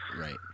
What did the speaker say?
Right